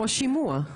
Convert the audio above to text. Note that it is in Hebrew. כמו שימוע.